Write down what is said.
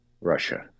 Russia